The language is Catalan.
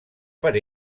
per